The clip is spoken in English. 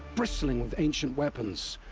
bristling with ancient weapons!